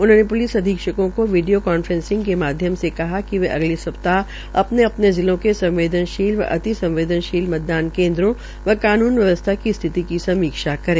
उन्होंने प्लिस अधीक्षकों को वीडियो कांफ्रेसिंग के माध्यम से कहा कि वे अगले सप्ताह अपने अपने जिलों के संवदेनशील व अति संवदेनशील मतदान केन्द्रों व कानून व्यवस्था की स्थिति की समीक्षा करें